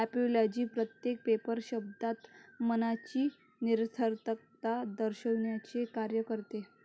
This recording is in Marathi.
ऍपिओलॉजी प्रत्येक पेपर शब्दात मनाची निरर्थकता दर्शविण्याचे कार्य करते